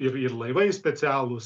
ir ir laivai specialūs